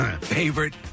favorite